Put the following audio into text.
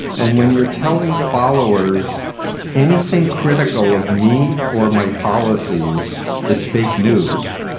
and when you're telling followers anything critical of me or my policies is fake news.